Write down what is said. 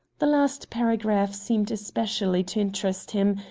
the last paragraph seemed especially to interest him,